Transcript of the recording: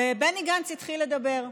בני גנץ התחיל לדבר.